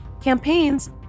campaigns